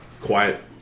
quiet